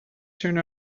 turn